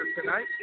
tonight